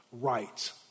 right